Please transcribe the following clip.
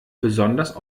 besonders